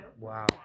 Wow